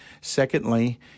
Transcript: secondly